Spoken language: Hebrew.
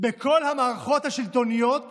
בכל המערכות השלטוניות